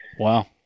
Wow